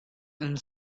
and